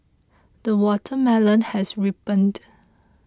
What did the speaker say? the watermelon has ripened